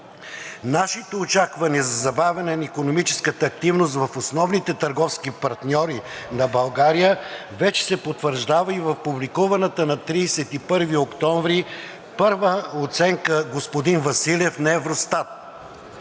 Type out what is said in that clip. Нашите очаквания за забавяне на икономическата активност в основните търговски партньори на България вече се потвърждава и в публикуваната на 31 октомври първа оценка, господин Василев, на Евростат